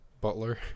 Butler